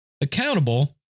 accountable